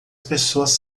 pessoas